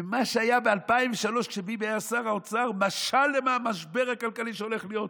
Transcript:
ומה שהיה ב-2003 כשביבי היה שר האוצר משל למשבר הכלכלי שהולך להיות פה,